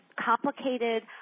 complicated